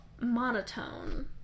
monotone